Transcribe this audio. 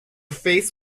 face